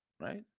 right